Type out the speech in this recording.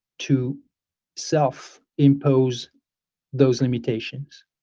to self impose those limitations.